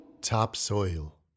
Topsoil